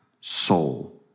soul